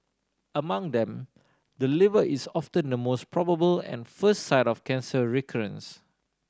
among them the liver is often the most probable and first site of cancer recurrence